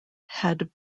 had